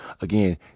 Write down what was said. again